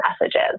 messages